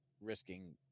risking